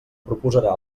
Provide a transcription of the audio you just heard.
proposarà